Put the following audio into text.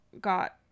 got